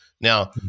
now